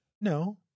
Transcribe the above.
No